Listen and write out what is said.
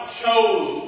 chose